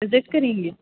visit کریں گے